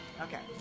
Okay